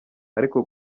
ariko